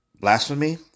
blasphemy